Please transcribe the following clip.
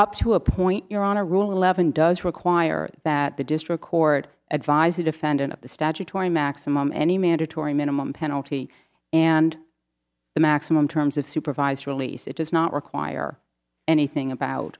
up to a point you're on a rule eleven does require that the district court advise the defendant of the statutory maximum any mandatory minimum penalty and the maximum terms of supervised release it does not require anything about